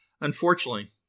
Unfortunately